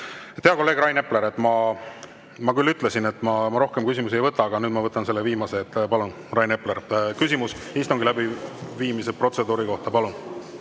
Hea kolleeg Rain Epler! Ma küll ütlesin, et ma rohkem küsimusi ei võta, aga nüüd ma võtan selle viimase. Palun, Rain Epler, küsimus istungi läbiviimise protseduuri kohta! Aitäh!